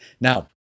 Now